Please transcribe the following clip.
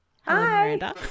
Hi